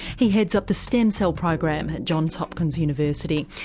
he heads up the stem cell program at johns hopkins university.